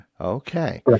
okay